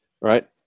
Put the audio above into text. Right